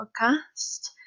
Podcast